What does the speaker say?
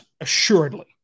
assuredly